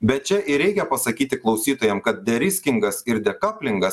bet čia ir reikia pasakyti klausytojam kad deriskingas ir dekaplingas